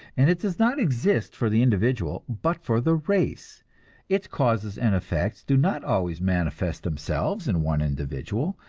and it does not exist for the individual, but for the race its causes and effects do not always manifest themselves in one individual,